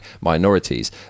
minorities